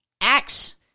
Acts